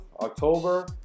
October